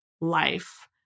life